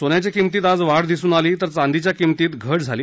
सोन्याच्या किंमतीत आज वाढ दिसून आली तर चांदीच्या किंमतीत घट झाली